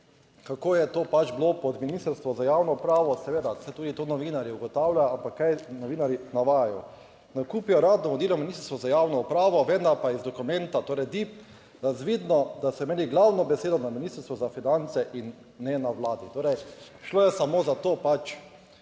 kako je to pač bilo pod ministrstvo za javno upravo, seveda saj tudi to novinarji ugotavlja, ampak kaj novinarji navajajo: "Nakup je uradno vodilo ministrstvo za javno upravo, vendar pa je iz dokumenta, torej DIP, razvidno, da so imeli glavno besedo na ministrstvu za finance in ne na vladi". Torej, šlo je samo za to, pač,